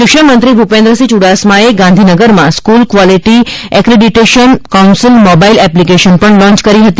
શિક્ષણ મંત્રી ભૂપેન્દ્રસિંહ ચ્રડાસમા એ ગાંધીનગરમાં school quality accreditation council mobile application પણ લોન્ચ કરી હતી